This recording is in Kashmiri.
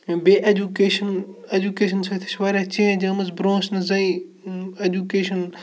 بیٚیہِ ایٚجوٗکیشَن ایٚجوٗکیشَن سۭتۍ تہِ چھِ واریاہ چینٛج آمٕژ برونٛہہ ٲسۍ نہٕ زَنہِ ایٚجوٗکیشَن